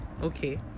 Okay